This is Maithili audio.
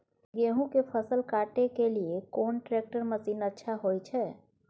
गेहूं के फसल काटे के लिए कोन ट्रैक्टर मसीन अच्छा होय छै?